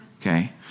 okay